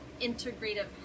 integrative